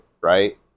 right